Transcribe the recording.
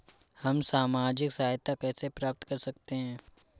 हम सामाजिक सहायता कैसे प्राप्त कर सकते हैं?